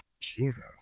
Jesus